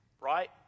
right